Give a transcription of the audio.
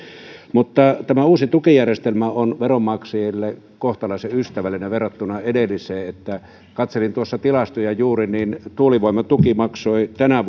tämä uusi tukijärjestelmä on veronmaksajille kohtalaisen ystävällinen verrattuna edelliseen katselin tuossa tilastoja juuri ja tuulivoimatuki maksoi tänä